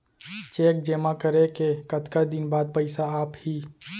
Cheque जेमा करे के कतका दिन बाद पइसा आप ही?